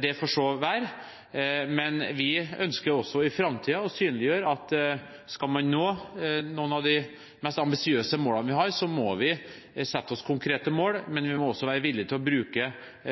det får så være. Men vi ønsker også i framtiden å synliggjøre at skal man nå noen av de mest ambisiøse målene vi har, må vi sette oss konkrete mål, men vi må også være villig til å bruke